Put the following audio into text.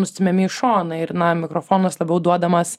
nustumiami į šoną ir na mikrofonas labiau duodamas